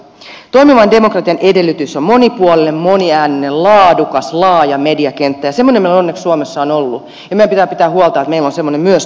toimivan demokratian edellytys on monipuolinen moniääninen laadukas laaja mediakenttä ja semmoinen meillä onneksi suomessa on ollut ja meidän pitää pitää huolta että meillä on semmoinen myös tulevaisuudessa